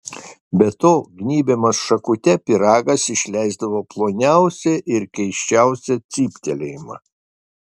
be to gnybiamas šakute pyragas išleisdavo ploniausią ir keisčiausią cyptelėjimą